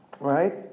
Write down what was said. Right